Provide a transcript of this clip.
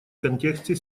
контексте